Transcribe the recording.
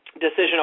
decision